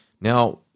Now